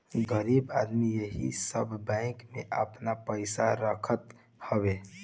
गरीब आदमी एही सब बैंकन में आपन पईसा रखत हवे